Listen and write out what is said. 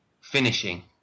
Finishing